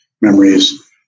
memories